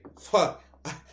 fuck